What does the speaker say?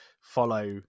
follow